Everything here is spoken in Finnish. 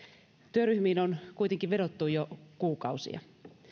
työryhmiin on kuitenkin vedottu jo kuukausia